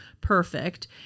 perfect